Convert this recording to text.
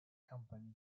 company